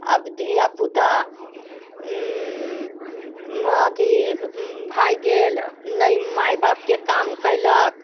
आब धियापुता अथी भागि गेल ने माय बापके काम कयलक